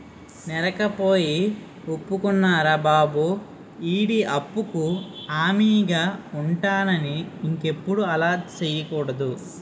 నేరకపోయి ఒప్పుకున్నారా బాబు ఈడి అప్పుకు హామీగా ఉంటానని ఇంకెప్పుడు అలా సెయ్యకూడదు